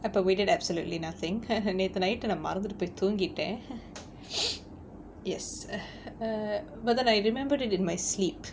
but we did absolutely nothing நேத்து:nethu night டு நான் மறந்துட்டு போய் தூங்கிட்டேன்:tu naan maranthuttu poi thoongittaen yes err but then I remembered it in my sleep